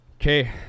Okay